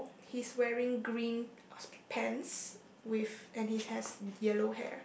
he's wearing green pants with and he has yellow hair